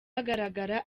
agaragara